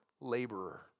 laborer